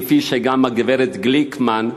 כפי שגם הגברת גליקמן,